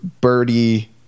Birdie